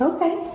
Okay